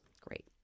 Great